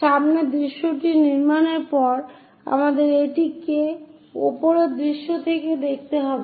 সামনের দৃশ্যটি নির্মাণের পর আমাদের এটিকে উপরের দৃশ্য থেকে দেখতে হবে